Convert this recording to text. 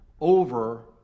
over